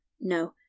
no